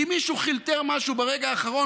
כי מישהו חלטר משהו ברגע האחרון,